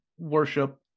worship